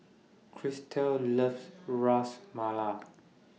Christel loves Ras Malai